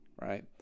right